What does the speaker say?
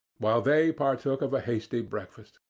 while they partook of a hasty breakfast.